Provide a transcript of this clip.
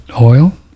oil